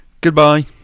goodbye